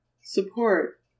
support